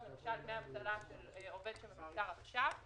דמי אבטלה של עובד שמפוטר עכשיו,